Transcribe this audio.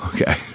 Okay